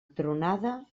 tronada